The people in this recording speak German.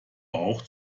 auch